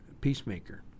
peacemaker